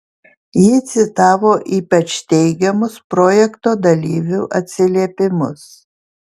ji citavo ypač teigiamus projekto dalyvių atsiliepimus